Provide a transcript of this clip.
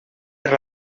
per